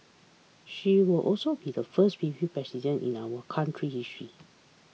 she will also be the first female President in our country's history